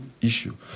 issue